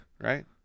Right